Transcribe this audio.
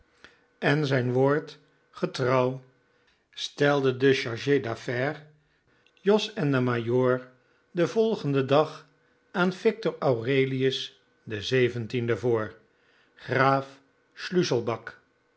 en zijn woord getrouw stelde de charge d'affaires jos en den majoor den volgenden dag aan victor aurelius xvii voor graaf schliisselback